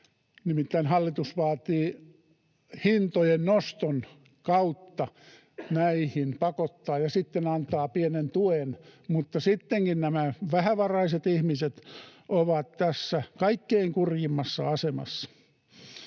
Nimittäin hallitus vaatii hintojen noston kautta, näihin pakottaa, ja sitten antaa pienen tuen, mutta sittenkin nämä vähävaraiset ihmiset ovat tässä kaikkein kurjimmassa asemassa.